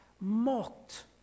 mocked